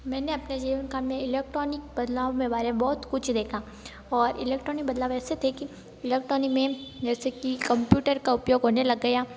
मैंने अपने जीवन काल में इलेक्ट्रॉनिक बदलाव में बारे में बहुत कुछ देखा और इलेक्ट्रॉनिक बदला ऐसे थे कि इलेक्ट्रॉनिक में जैसे कि कंप्यूटर का उपयोग होने लग गया